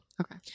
Okay